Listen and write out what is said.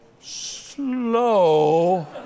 slow